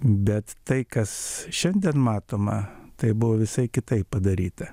bet tai kas šiandien matoma tai buvo visai kitaip padaryta